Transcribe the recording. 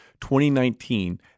2019